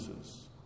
Jesus